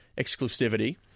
exclusivity